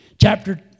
Chapter